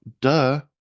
duh